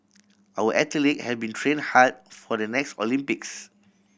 our athlete have been train hard for the next Olympics